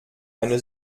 eine